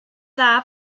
dda